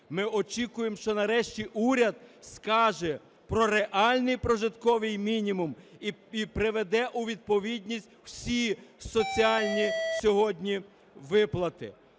Ми очікуємо, що нарешті уряд скаже про реальний прожитковий мінімум і приведе у відповідність всі соціальні сьогодні виплати.